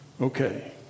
okay